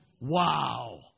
Wow